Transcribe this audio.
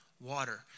Water